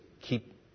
keep